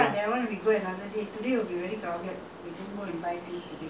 !wah! then cannot ah must go to the N_T_U_C some more my whole leg